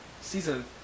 season